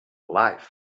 life